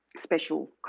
special